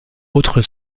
autres